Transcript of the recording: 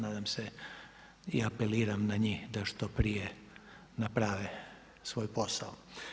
Nadam se i apeliram na njih, da što prije naprave svoj posao.